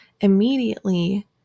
immediately